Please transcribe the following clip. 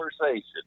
conversation